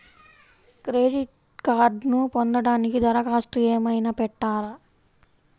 Credit కార్డ్ను పొందటానికి దరఖాస్తు ఏమయినా పెట్టాలా?